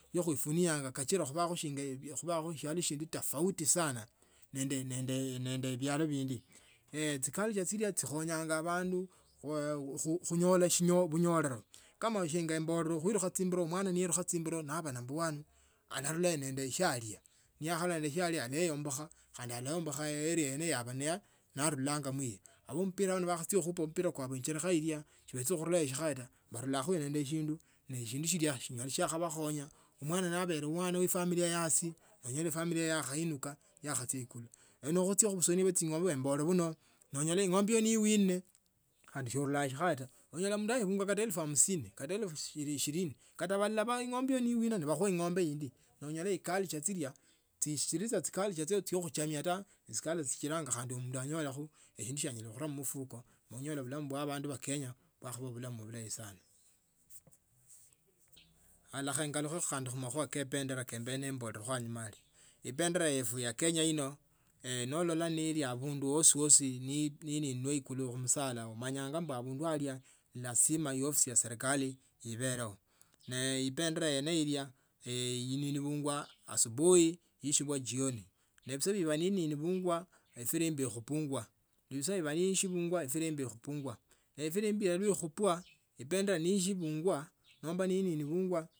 Bya khuifunia kachila khubakho shialo shindi tofauti sana nende bialo bindi ne chiculture chino chikhonyanga abandu khunyola sinyola obunyolo kama ambolale khulukha shimbilo mwana nelukha chimbilo naba number one alanulao neshialia nekharulao neshialia alaombokaa khundi alaombokha ana yene alaba na anuneo imwo aba mpira bakhachia khukhupa mpira kwabe injelekha ilya sibecha khunilao eshikhaya taa barulao dende shindu ne shindu shilya shiba shiakhabakhonya omwana ne abele amwana we familia yeasi no onyola efamilia yakhainuka yakhuichia ikalu nochia mubweni mwa ching'ombe bwa bola buno nonyola ing'ombe niba niwine khandi sonulanga eshichaya taa onyola mundu aningwa kata shilingi elfu hamsini kata elfu ishirini kata balala eng'ombe iyo newine nabakhuwa eng'ombe indi nonyala chiculture chicha sichili saa echiculture chia khuchenya echiculture chikila khandi omundu anyolakho shindu shia anyala khuna mmufuko nonyola bulamu bwa bandu bakenya bwakhaba bulamu bulayi sana khandi lekha ekalukhe khuma khuwa kaa ebendera kaa ebolee anyuma alya ebendera yefwe yakenya ino nolola neli abundu bosibosi neilwe mukulu mumusala omanya abundu alya lasima eofisi ya serikali nomba neininibwanga.